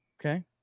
Okay